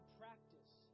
practice